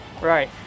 right